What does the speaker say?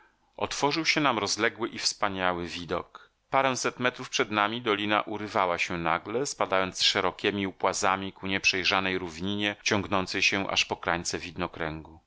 otworzył się nam rozległy i wspaniały widok paręset metrów przed nami dolina urywała się nagle spadając szerokiemi upłazami ku nieprzejrzanej równinie ciągnącej się aż po krańce widnokręgu